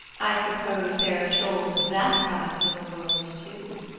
i suppose there are trolls of that kind in the world, too.